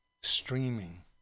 streaming